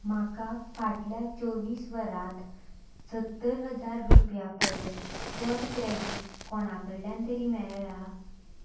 म्हाका फाटल्या चोव्वीस वरांत सत्तर हजार रुपयां परस चड क्रॅडिट कोणा कडल्यान तरी मेळ्ळां